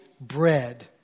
bread